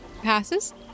Passes